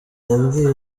yabwiye